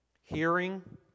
Hearing